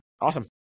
Awesome